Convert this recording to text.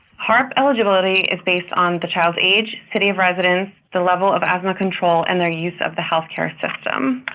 harp eligibility is based on the child's age, city of residence, the level of asthma control and their use of the health care system.